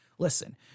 Listen